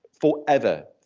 forever